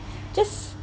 just